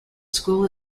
school